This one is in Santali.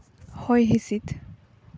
ᱦᱚᱭ ᱦᱤᱸᱥᱤᱫ